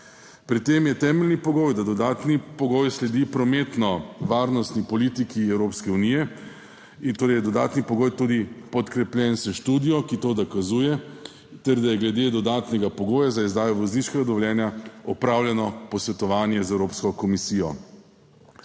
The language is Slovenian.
Pri tem je temeljni pogoj, da dodatni pogoj sledi prometno-varnostni politiki Evropske unije, torej je dodatni pogoj podkrepljen tudi s študijo, ki to dokazuje, ter da je glede dodatnega pogoja za izdajo vozniškega dovoljenja opravljeno posvetovanje z Evropsko komisijo.